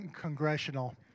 Congressional